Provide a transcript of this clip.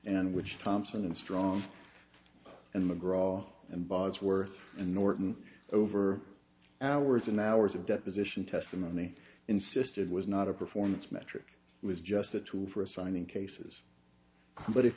and which thompson a strong and mcgraw and bodsworth and norton over hours and hours of deposition testimony insisted was not a performance metric was just a tool for assigning cases come but if